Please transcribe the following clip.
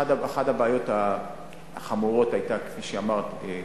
אחת הבעיות החמורות היתה, כפי שאמרת,